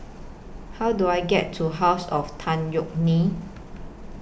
How Do I get to House of Tan Yeok Nee